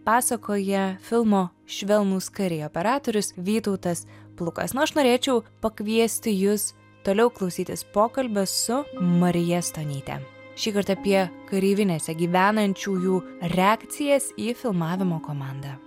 pasakoja filmo švelnūs kariai operatorius vytautas plukas nu aš norėčiau pakviesti jus toliau klausytis pokalbio su marija stonyte šįkart apie kareivinėse gyvenančiųjų reakcijas į filmavimo komandą